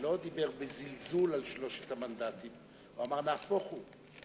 לא דיבר בזלזול על שלושת המנדטים אלא אמר: נהפוך הוא,